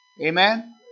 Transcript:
Amen